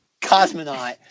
cosmonaut